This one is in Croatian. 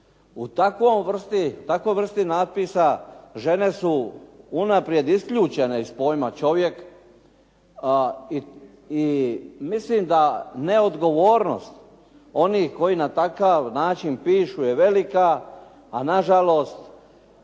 U takvoj vrsti natpisa žene su unaprijed isključene iz pojma čovjek, a i mislim neodgovornost onih koji na takav način pišu je velika, a nažalost